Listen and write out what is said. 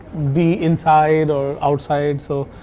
be inside or outside. so,